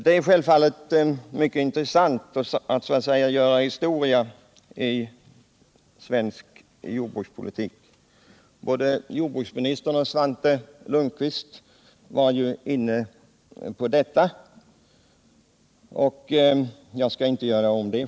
Det är självfallet mycket intressant att så att säga göra historia i svensk jordbrukspolitik. Både jordbruksministern och Svante Lundkvist var inne på detta. Jag skall naturligtvis inte göra om det.